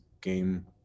game